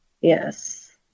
Yes